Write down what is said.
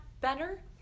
better